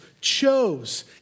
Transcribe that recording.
chose